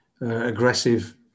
aggressive